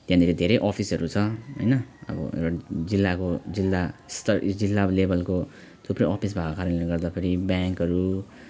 त्यहाँनेरि धेरै अफिसहरू छ होइन अब एउटा जिल्लाको जिल्लास्तर यो जिल्ला लेभलको थुप्रै अफिस भएको कारणले गर्दा फेरि ब्याङ्कहरू